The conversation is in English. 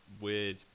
weird